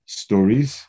stories